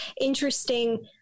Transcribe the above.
interesting